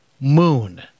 moon